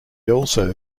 also